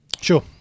sure